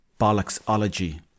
bollocksology